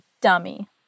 dummy